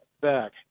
back